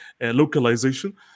localization